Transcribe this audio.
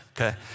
Okay